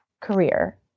career